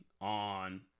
on